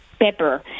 pepper